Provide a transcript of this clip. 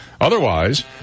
Otherwise